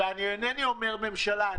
ואינני אומר ממשלה,